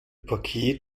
paket